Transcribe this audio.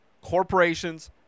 Corporations